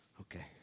Okay